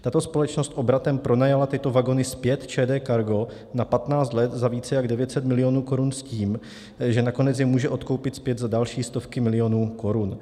Tato společnost obratem pronajala tyto vagony zpět ČD Cargo na 15 let za více než 900 milionů korun s tím, že nakonec je může odkoupit zpět za další stovky milionů korun.